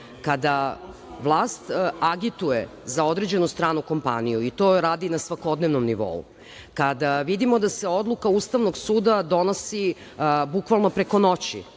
Kada vlast agituje za određenu stranu kompaniju i to radi na svakodnevnom nivou, kada vidimo da se odluka Ustavnog suda donosi, bukvalno, preko noći,